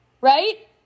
right